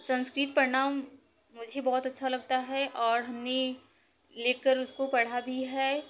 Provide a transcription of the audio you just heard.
संस्कृत पढ़ना मुझे बहुत अच्छा लगता है और हमने ले कर उसको को पढ़ा भी है